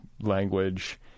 language